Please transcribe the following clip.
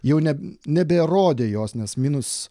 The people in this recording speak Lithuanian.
jau ne neberodė jos nes minus